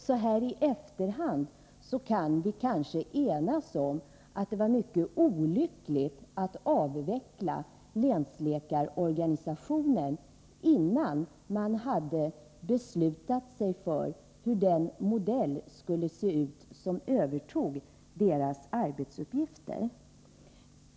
Så här i efterhand kan vi kanske enas om att det var mycket olyckligt att avveckla länsläkarorganisationen innan man hade beslutat sig för hur den verksamhet skulle se ut som övertog dess arbetsuppgifter.